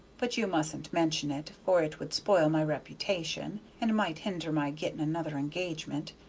but you mustn't mention it, for it would spoil my reputation, and might hender my getting another engagement.